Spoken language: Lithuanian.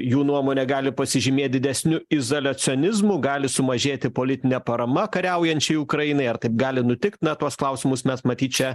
jų nuomone gali pasižymėt didesniu izoliacionizmu gali sumažėti politinė parama kariaujančiai ukrainai ar taip gali nutikt na tuos klausimus mes matyt čia